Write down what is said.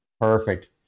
perfect